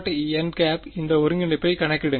n இந்த ஒருங்கிணைப்பைக் கணக்கிடுங்கள்